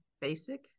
basic